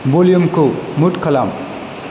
भलियुमखौ mute खालाम